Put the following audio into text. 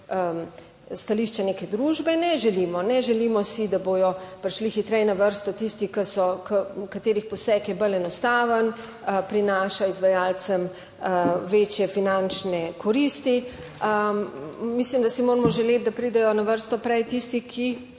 stališča neke družbe ne želimo. Ne želimo si, da bodo prišli hitreje na vrsto tisti, katerih poseg je bolj enostaven, prinaša izvajalcem večje finančne koristi. Mislim, da si moramo želeti, da pridejo na vrsto prej tisti, ki